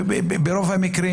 ברוב המקרים,